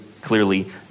clearly